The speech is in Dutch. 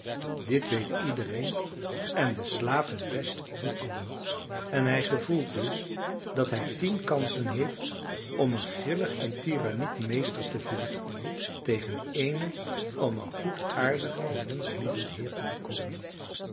dit weet iedereen en de slaaf het best van allen en hij gevoelt dus dat hij tien kansen heeft om een grillig en tiranniek meester te vinden tegen eene om een goedaardig en menschlievend heer te bekomen